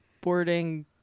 boarding